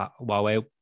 Huawei